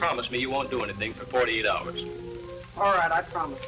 promise me you won't do anything for forty dollars all right i promise